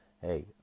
hey